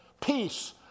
peace